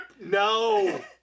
No